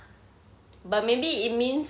but maybe it means